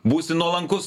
būsi nuolankus